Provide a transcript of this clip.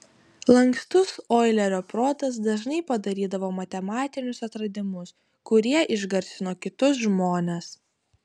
lankstus oilerio protas dažnai padarydavo matematinius atradimus kurie išgarsino kitus žmones